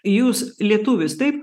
jūs lietuvis taip